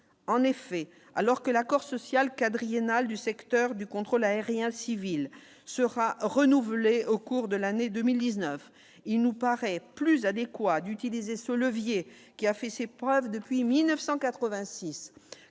en effet, alors que l'accord social quadriennal du secteur du contrôle aérien civil sera renouvelé au cours de l'année 2019, il nous paraît plus adéquat d'utiliser ce levier, qui a fait ses preuves depuis 1986